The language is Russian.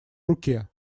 руке